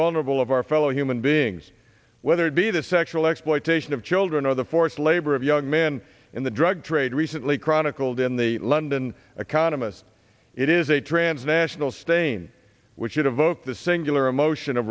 vulnerable of our fellow human beings whether it be the sexual exploitation of children or the forced labor of young men in the drug trade recently chronicled in the london a kon amiss it is a transnational stain which evoke the singular emotion